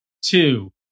two